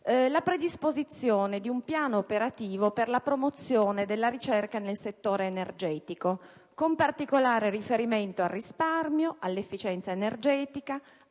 la predisposizione di un piano operativo finalizzato alla promozione della ricerca nel settore energetico, con particolare riferimento al risparmio, all'efficienza energetica,